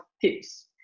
tips